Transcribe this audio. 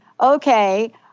Okay